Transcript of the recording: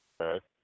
Okay